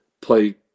play